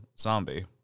Zombie